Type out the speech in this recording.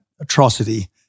atrocity